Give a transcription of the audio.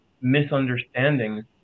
misunderstandings